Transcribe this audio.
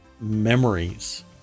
memories